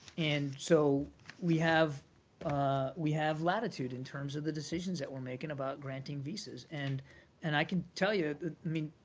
and so we have we have latitude in terms of the decisions that we're making about granting visas. and and i can tell you, i mean,